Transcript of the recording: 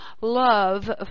love